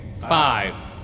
five